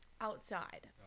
Outside